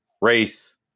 race